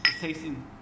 tasting